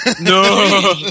No